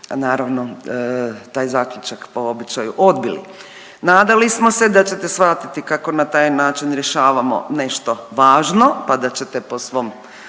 naravno taj zaključak po običaju odbili. Nadali smo se da ćete shvatiti kako na taj način rješavamo nešto važno, pa da ćete po svom